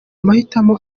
mahitamo